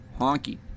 Honky